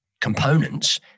components